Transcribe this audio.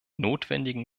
notwendigen